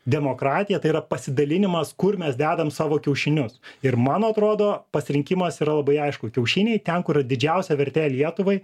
demokratija tai yra pasidalinimas kur mes dedam savo kiaušinius ir man atrodo pasirinkimas yra labai aišku kiaušiniai ten kur yra didžiausia vertė lietuvai